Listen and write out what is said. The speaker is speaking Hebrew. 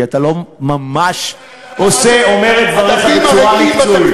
כי אתה לא ממש אומר את דבריך בצורה מקצועית.